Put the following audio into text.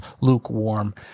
lukewarm